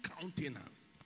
countenance